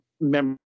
members